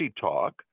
talk